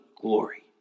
glory